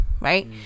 right